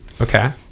Okay